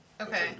okay